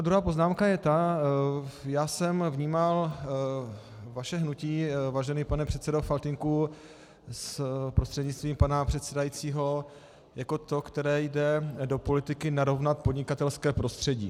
Druhá poznámka je, že jsem vnímal vaše hnutí, vážený pane předsedo Faltýnku prostřednictvím pana předsedajícího, jako to, které jde do politiky narovnat podnikatelské prostředí.